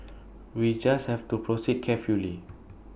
we just have to proceed carefully